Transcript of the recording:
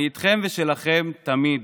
אני איתכם ושלכם תמיד.